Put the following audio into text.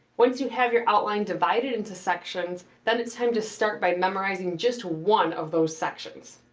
once you have your outline divided into sections, then it's time to start by memorizing just one of those sections.